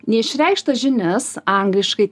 neišreikštas žinias angliškai